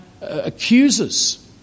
accuses